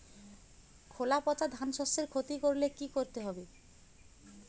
খোলা পচা ধানশস্যের ক্ষতি করলে কি করতে হবে?